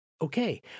Okay